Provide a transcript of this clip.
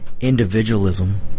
individualism